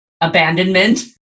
Abandonment